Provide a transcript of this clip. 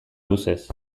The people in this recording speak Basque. luzez